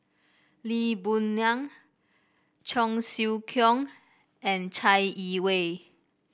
Lee Boon Ngan Cheong Siew Keong and Chai Yee Wei